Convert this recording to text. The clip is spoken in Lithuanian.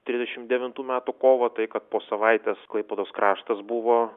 trisdešimt devintų metų kovą tai kad po savaitės klaipėdos kraštas buvo